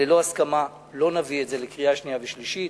ללא הסכמה לא נביא את זה לקריאה שנייה ושלישית.